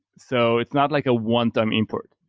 so it's not like a one time import.